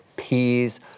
peas